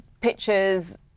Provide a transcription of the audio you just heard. pictures